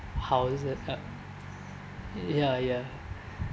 houses uh ya ya